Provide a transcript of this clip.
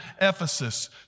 Ephesus